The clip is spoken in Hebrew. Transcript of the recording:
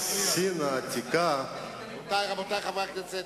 בשם הידידות רבת השנים,